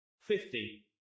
Fifty